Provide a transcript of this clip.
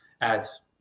ads